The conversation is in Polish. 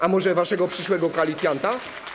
A może waszego przyszłego koalicjanta?